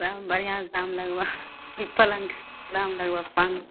तऽ बढ़िऑं से दाम लगबऽ ई पलङ्गके दाम लगबऽ पाॅंच सए